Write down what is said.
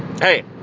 Hey